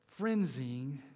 frenzying